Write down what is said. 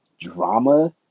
drama